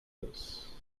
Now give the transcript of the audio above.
this